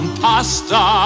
pasta